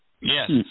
Yes